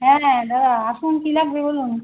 হ্যাঁ দাদা আসুন কী লাগবে বলুন